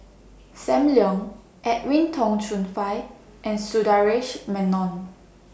SAM Leong Edwin Tong Chun Fai and Sundaresh Menon